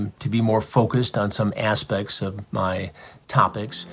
to be more focused on some aspects of my topics.